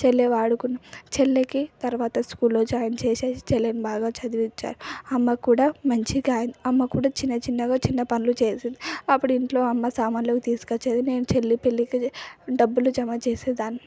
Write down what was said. చెళ్ళివాడుకున్న చెల్లెకి తర్వాత స్కూల్లో జాయిన్ చేసి చెల్లిని బాగా చదివిచ్చాలి అమ్మ కూడా మంచిగా అయింది అమ్మ కూడా చిన్న చిన్నగా చిన్న పనులు చేసిద్ధి అప్పుడు ఇంట్లో అమ్మ సామాన్లు అవి తీసుకొచ్చేది నేను చెల్లి పెళ్ళికి డబ్బులు జమ చేసేదాన్ని